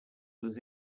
was